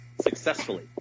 successfully